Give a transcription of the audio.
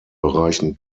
bereichen